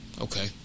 Okay